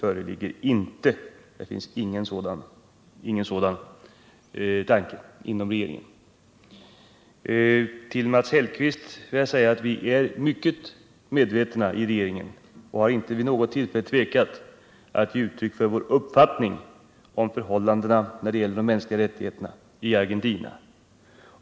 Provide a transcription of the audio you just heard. Till Mats Hellström vill jag säga att vi inom regeringen är mycket medvetna om — och inte vid något tillfälle har tvekat att ge uttryck för vår uppfattning — förhållandena när det gäller de mänskliga rättigheterna i Argentina.